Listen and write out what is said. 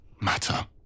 matter